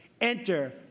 enter